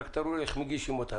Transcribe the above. רק תראו לי איך מגישים אותה.